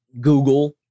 Google